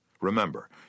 Remember